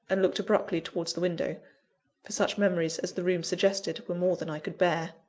and looked abruptly towards the window for such memories as the room suggested were more than i could bear.